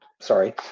sorry